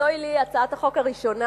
זוהי לי הצעת החוק הראשונה,